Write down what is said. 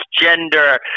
gender